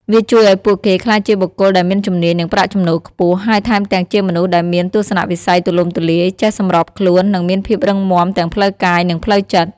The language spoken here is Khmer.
វាជួយឱ្យពួកគេក្លាយជាបុគ្គលដែលមានជំនាញ និងប្រាក់ចំណូលខ្ពស់ ហើយថែមទាំងជាមនុស្សដែលមានទស្សនវិស័យទូលំទូលាយ ចេះសម្របខ្លួន និងមានភាពរឹងមាំទាំងផ្លូវកាយ និងផ្លូវចិត្ត។